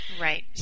Right